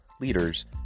leaders